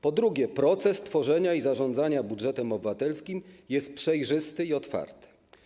Po drugie, proces tworzenia i zarządzania budżetem obywatelskim jest przejrzysty i otwarty.